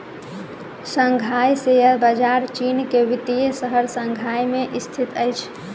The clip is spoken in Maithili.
शंघाई शेयर बजार चीन के वित्तीय शहर शंघाई में स्थित अछि